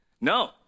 No